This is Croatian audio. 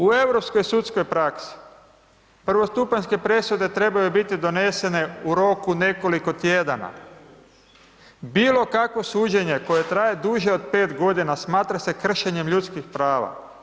U europskoj sudskoj praksi, prvostupanjske odluke trebaju biti donesene u roku nekoliko tjedana, bilo kakvo suđenje koje traje duže od 5 g. smatra se kršenjem ljudskih prava.